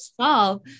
solve